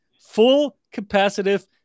full-capacitive